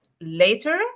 later